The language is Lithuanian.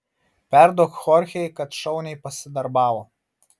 perduok chorchei kad šauniai pasidarbavo